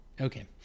Okay